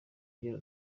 agira